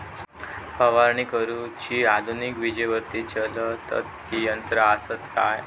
फवारणी करुची आधुनिक विजेवरती चलतत ती यंत्रा आसत काय?